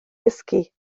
gysgu